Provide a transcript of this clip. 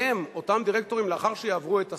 והם, אותם דירקטורים, לאחר שיעברו את השר,